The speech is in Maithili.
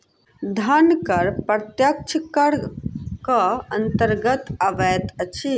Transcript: धन कर प्रत्यक्ष करक अन्तर्गत अबैत अछि